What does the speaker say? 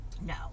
No